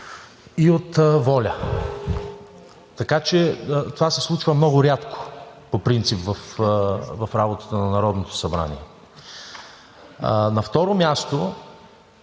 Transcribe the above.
и от „Воля“. Така че това се случва много рядко по принцип в работата на Народното събрание. На второ място,